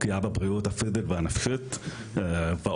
פגיעה בבריאות הפיזית והנפשית ועוד.